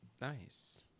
nice